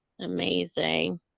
amazing